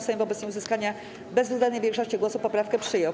Sejm wobec nieuzyskania bezwzględnej większości głosów poprawkę przyjął.